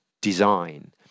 design